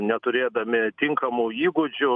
neturėdami tinkamų įgūdžių